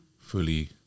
fully